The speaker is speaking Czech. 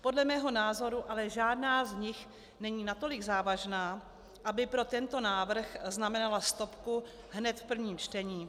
Podle mého názoru ale žádná z nich není natolik závažná, aby pro tento návrh znamenala stopku hned v prvním čtení.